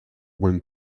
when